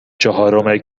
چهارم